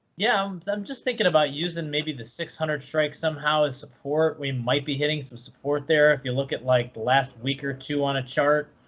yeah, i'm just thinking about using maybe the six hundred strike somehow as support. we might be hitting some support there. if you look at like the last week or two on a chart.